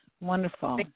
Wonderful